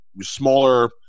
smaller